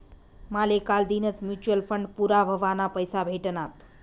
माले कालदीनच mutual fund पूरा व्हवाना पैसा भेटनात